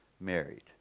married